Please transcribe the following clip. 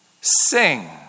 sing